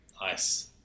Nice